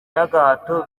y’agahato